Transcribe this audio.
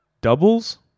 doubles